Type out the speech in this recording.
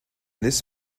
this